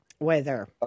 Weather